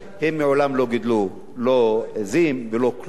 הם מעולם לא גידלו לא עזים ולא כלום,